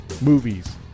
movies